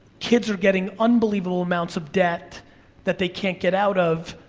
kids are getting unbelievable amounts of debt that they can't get out of,